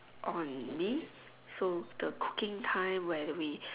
on me so the cooking time where we